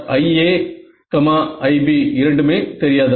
IA IB இரண்டுமே தெரியாதவை